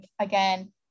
again